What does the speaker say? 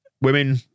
women